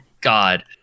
god